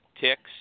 Ticks